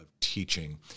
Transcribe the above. teaching